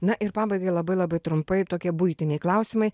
na ir pabaigai labai labai trumpai tokie buitiniai klausimai